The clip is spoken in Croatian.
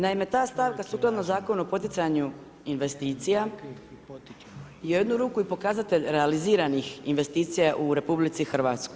Naime, ta stavka sukladno Zakonu o poticanju investicija u jednu ruku i pokazatelj realiziranih investicija u RH.